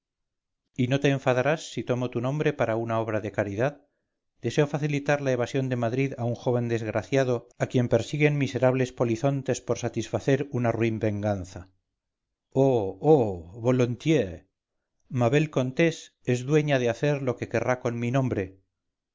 y no te enfadarás si tomo tu nombre para una obra de caridad deseo facilitar la evasión de madrid a un joven desgraciado a quien persiguen miserables polizontes por satisfacer una ruin venganza oh oh volontiers ma belle contesse es dueña de hacer lo que querrá con mi nombre